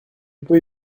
peux